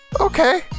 Okay